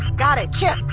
got it! chip,